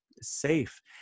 safe